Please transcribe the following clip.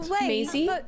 Maisie